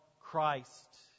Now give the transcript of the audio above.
Christ